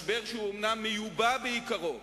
משבר שאומנם הוא מיובא בעיקרו,